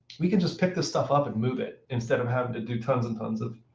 we can just pick the stuff up and move it, instead of having to do tons and tons of